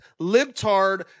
libtard